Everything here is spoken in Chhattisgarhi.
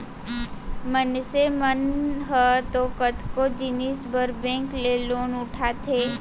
मनसे मन ह तो कतको जिनिस बर बेंक ले लोन उठाथे